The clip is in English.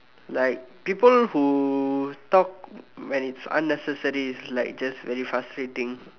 like people who talk when it's unnecessary is like just very frustrating